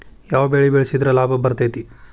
ಯಾವ ಬೆಳಿ ಬೆಳ್ಸಿದ್ರ ಲಾಭ ಬರತೇತಿ?